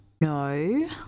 No